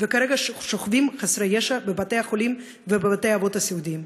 וכרגע שוכבים חסרי ישע בבתי-החולים ובבתי-האבות הסיעודיים.